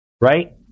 right